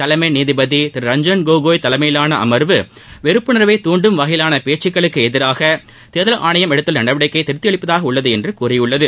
தலைமை நீதிபதி திரு ரஞ்சன் கோகோய் தலைமையிலான அமர்வு வெறுப்புணர்வை துண்டும் வகையிலான பேச்சுகளுக்கு எதிராக தேர்தல் ஆணையம் எடுத்துள்ள நடவடிக்கை திருப்பதி அளிப்பதாக உள்ளது என்று கூறியுள்ளது